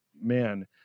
man